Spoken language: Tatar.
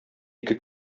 ике